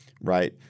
right